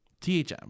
THM